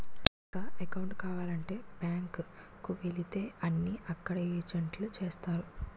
ఇక అకౌంటు కావాలంటే బ్యాంకు కు వెళితే అన్నీ అక్కడ ఏజెంట్లే చేస్తారు